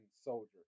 soldier